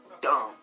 dumb